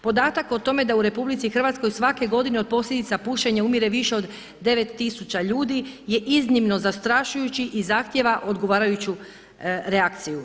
Podatak o tome da u RH svake godine od posljedica pušenja umire više od 9000 ljudi je iznimno zastrašujuće i zahtijeva odgovarajuću reakciju.